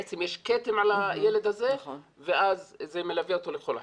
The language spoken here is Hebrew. בעצם יש כתם על הילד הזה ואז זה מלווה אותו לכל החיים.